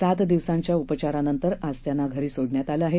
सात दिवसांच्या उपचारांनंतर आज त्यांना घरी सोडण्यात आलं आहे